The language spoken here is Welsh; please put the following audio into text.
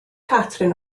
catrin